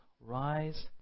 rise